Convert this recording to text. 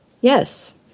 Yes